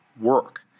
work